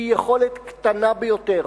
היא יכולת קטנה ביותר,